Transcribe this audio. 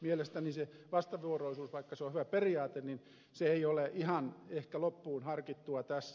mielestäni se vastavuoroisuus vaikka se on hyvä periaate ei ole ihan ehkä loppuun harkittua tässä